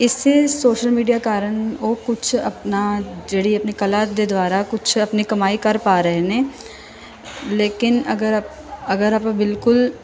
ਇਸੇ social media ਕਾਰਨ ਉਹ ਕੁਛ ਆਪਣਾ ਜਿਹੜੀ ਆਪਣੀ ਕਲਾ ਦੇ ਦੁਆਰਾ ਕੁਛ ਆਪਣੀ ਕਮਾਈ ਕਰ ਪਾ ਰਹੇ ਨੇ ਲੇਕਿਨ ਅਗਰ ਅਗਰ ਆਪਾਂ ਬਿਲਕੁਲ